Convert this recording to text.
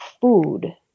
food